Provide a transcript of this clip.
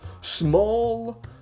small